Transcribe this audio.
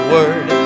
Word